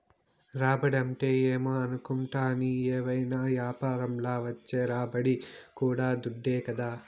రాబడంటే ఏమో అనుకుంటాని, ఏవైనా యాపారంల వచ్చే రాబడి కూడా దుడ్డే కదా